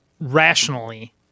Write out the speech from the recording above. rationally